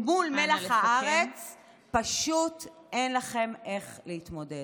ומול מלח הארץ פשוט אין לכם איך להתמודד.